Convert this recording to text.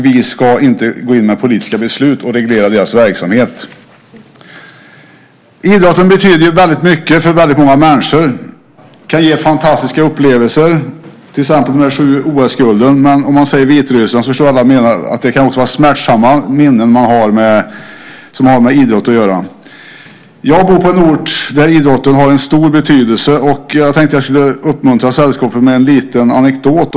Vi ska inte gå in och reglera deras verksamhet med politiska beslut. Idrotten betyder väldigt mycket för väldigt många människor. Den kan ge fantastiska upplevelser, till exempel de sju OS-gulden. Men om jag säger Vitryssland förstår alla att jag menar att det också kan finnas smärtsamma idrottsminnen. Jag bor på en ort där idrotten har en stor betydelse. Och jag tänkte att jag skulle uppmuntra sällskapet med en liten anekdot.